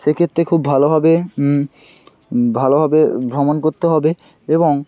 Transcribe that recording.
সেক্ষেত্তে খুব ভালোভাবে ভালোভাবে ভ্রমণ করতে হবে এবং